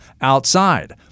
outside